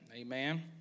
Amen